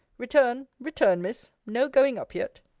return, return, miss no going up yet.